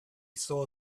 saw